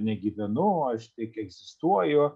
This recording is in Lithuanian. negyvenu aš tik egzistuoju